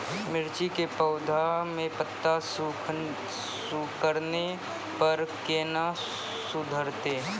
मिर्ची के पौघा मे पत्ता सिकुड़ने पर कैना सुधरतै?